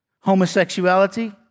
homosexuality